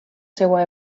seva